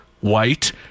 White